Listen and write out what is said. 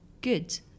good